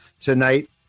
tonight